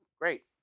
great